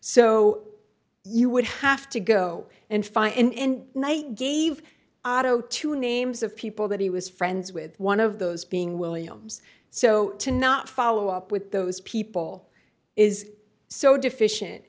so you would have to go and find and night gave otto two names of people that he was friends with one of those being williams so to not follow up with those people is so deficient